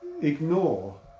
ignore